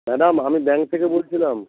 madam আমি bank থেকে বলছিলাম